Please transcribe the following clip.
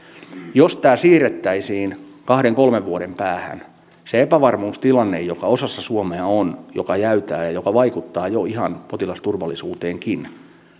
jos tämä siirrettäisiin kahden kolmen vuoden päähän se epävarmuustilannehan joka osassa suomea on joka jäytää ja joka vaikuttaa jo ihan potilasturvallisuuteenkin